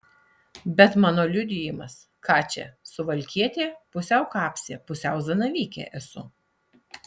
bet mano liudijimas ką čia suvalkietė pusiau kapsė pusiau zanavykė esu